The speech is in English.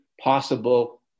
possible